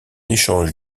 échange